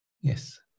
Yes